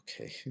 okay